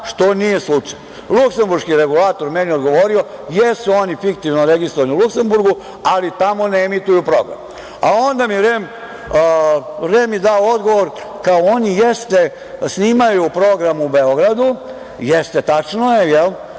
što nije slučaj. Luksemburški regulator mi je odgovorio - jesu oni fiktivno registrovani u Luksemburgu, ali tamo ne emituju program, a onda mi REM da odgovor, kao - oni, jeste snimaju program u Beogradu, jeste tačno je, jel,